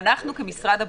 שאנחנו כמשרד הבריאות,